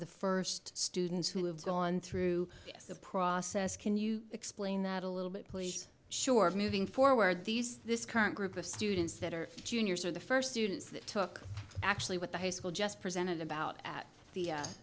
the first students who have gone through the process can you explain that a little bit please sure moving forward these this current group of students that are juniors are the first students that took actually at the high school just presented about at the